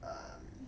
um